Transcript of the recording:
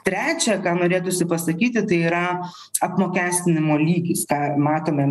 trečia ką norėtųsi pasakyti tai yra apmokestinimo lygis ką matome